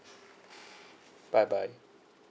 bye bye